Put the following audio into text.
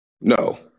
No